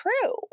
true